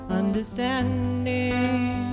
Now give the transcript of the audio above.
understanding